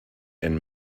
and